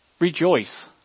Rejoice